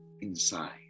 inside